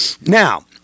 Now